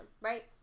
right